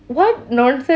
what nonsense